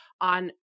on